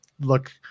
look